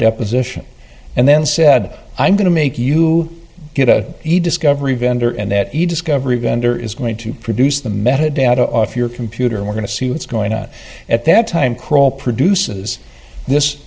deposition and then said i'm going to make you get a he discovery vendor and that a discovery vendor is going to produce the metadata off your computer and we're going to see what's going on at that time kroll produces this